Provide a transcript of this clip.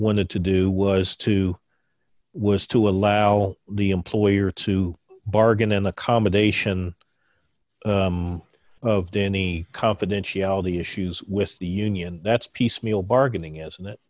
wanted to do was to was to allow the employer to bargain an accommodation of danny confidentiality issues with the union that's piecemeal bargaining isn't it